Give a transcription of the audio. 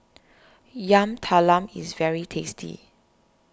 Yam Talam is very tasty